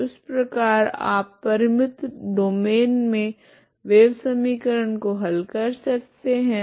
तो इस प्रकार आप परिमित डोमैन मे वेव समीकरण को हल कर सकते है